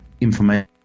information